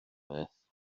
beth